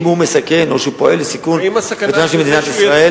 אם הוא מסכן או שהוא פועל לסיכון ביטחונה של מדינת ישראל?